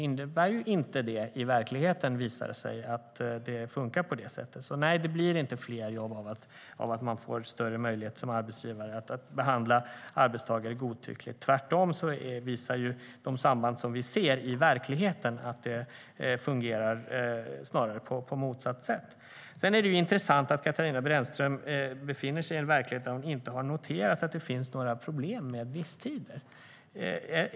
I verkligheten funkar det inte på det sättet. Sedan är det intressant att Katarina Brännström befinner sig i en verklighet där hon inte har noterat att det finns några problem med visstider.